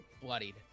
bloodied